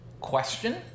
question